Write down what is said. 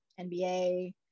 NBA